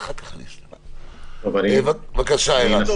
בבקשה, עירן.